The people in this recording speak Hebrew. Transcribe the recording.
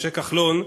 משה כחלון,